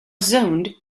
zoned